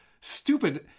stupid